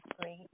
great